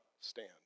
stand